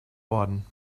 worden